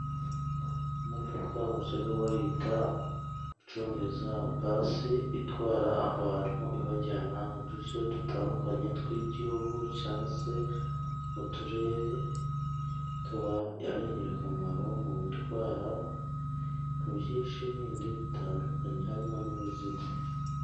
Imodoka bajya bita mu cyongereza basi, itwara abantu ibajyana mu duce dutandukanye tw'igihugu, cyangwa se mu turere, tuba ari ingirakamaro mu gutwara byinshi bindi bitandukanye, harimo n'imizigo.